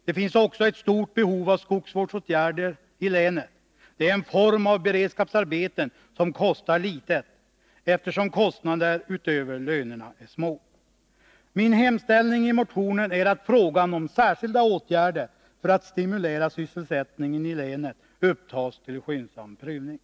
Det finns också ett stort behov av skogsvårdsåtgärder i länet. Det är en form av beredskapsarbeten som kostar litet, eftersom kostnaderna utöver lönerna är små. Min hemställan i motionen är att frågan om särskilda åtgärder för att stimulera sysselsättningen i länet skall upptas till skyndsam prövning.